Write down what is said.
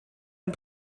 and